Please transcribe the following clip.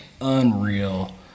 unreal